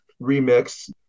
remix